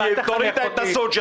--- שכמוך.